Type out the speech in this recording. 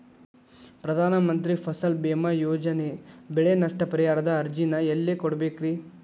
ಪ್ರಧಾನ ಮಂತ್ರಿ ಫಸಲ್ ಭೇಮಾ ಯೋಜನೆ ಬೆಳೆ ನಷ್ಟ ಪರಿಹಾರದ ಅರ್ಜಿನ ಎಲ್ಲೆ ಕೊಡ್ಬೇಕ್ರಿ?